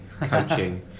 coaching